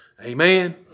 Amen